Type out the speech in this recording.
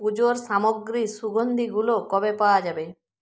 পুজোর সামগ্রী সুগন্ধিগুলো কবে পাওয়া যাবে